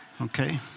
Okay